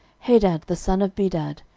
hadad the son of bedad,